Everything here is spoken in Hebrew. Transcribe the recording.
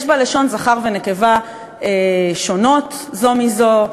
יש בה לשון זכר ולשון נקבה שונות זו מזו,